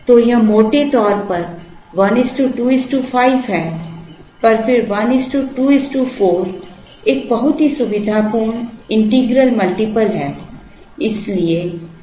तो यह मोटे तौर पर 12 5 है पर फिर 1 2 4 एक बहुत ही सुविधापूर्ण इंटीग्रल मल्टीपल है